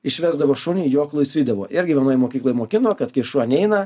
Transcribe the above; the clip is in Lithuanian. išvesdavo šunį jo klausydavo irgi vienoj mokykloj mokino kad kai šuo neina